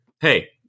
Hey